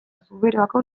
zuberoako